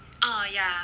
ah ya